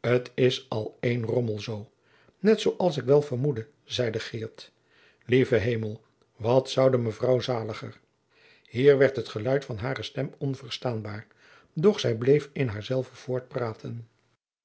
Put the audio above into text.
t is al één rommelzoô net zoo als ik wel vermoedde zeide geert lieve hemel wat zoude mevrouw zaliger hier werd het geluid van hare stem onverstaanbaar doch zij bleef in haar